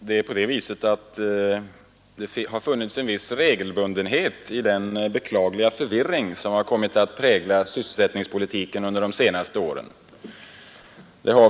Herr talman! Det har funnits en viss regelbundenhet i den beklagliga förvirring som har kommit att prägla sysselsättningspolitiken under de senaste åren.